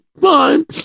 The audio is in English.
Fine